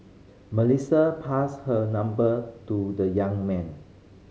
Melissa passed her number to the young man